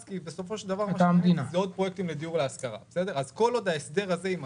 כי בסופו של דבר זה עוד פרויקטים לדיור להשכרה.